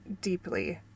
deeply